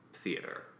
theater